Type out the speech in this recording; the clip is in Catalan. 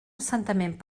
assentament